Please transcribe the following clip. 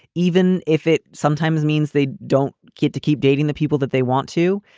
even if it sometimes means they don't get to keep dating the people that they want to.